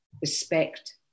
respect